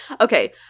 Okay